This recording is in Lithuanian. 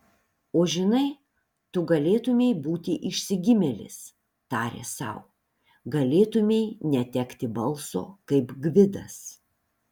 o žinai tu galėtumei būti išsigimėlis tarė sau galėtumei netekti balso kaip gvidas